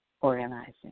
organizing